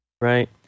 Right